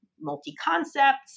multi-concepts